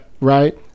Right